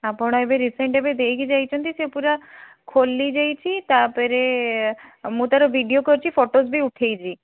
ଆପଣ ଏବେ ରିସେଣ୍ଟ ଏବେ ଦେଇକି ଯାଇଛନ୍ତି ସେ ପୁରା ଖୋଲିଯାଇଛି ତାପରେ ମୁଁ ତାର ଭିଡ଼ିଓ କରିଛି ଫଟୋଜ୍ ବି ଉଠେଇଛି